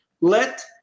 Let